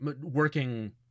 Working